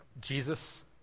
Jesus